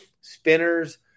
spinners